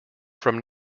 from